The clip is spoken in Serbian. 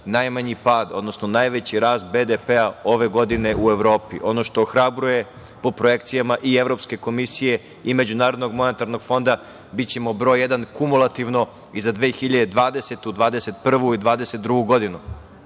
najmanji pad, odnosno najveći rast BDP ove godine u Evropi. Ono što ohrabruje po projekcijama i Evropske komisije i MMF-a, bićemo broj jedan kumulativno i za 2020, 2021. i 2022. godinu.